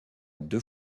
deux